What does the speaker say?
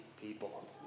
people